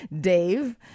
Dave